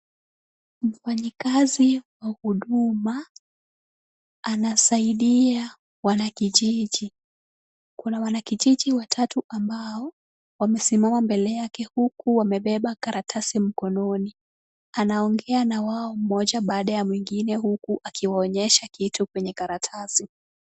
Mfanyikazi wa huduma anasaidia wanakijiji. Kuna wanakijiji watatu ambao wamesimama mbele yake, huku wamebeba karatasi mkononi. Anaongea na wao mmoja baada ya mwingine, huku akiwaonyesha kitu kwenye karatasi.